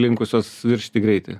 linkusios viršyti greitį